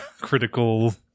critical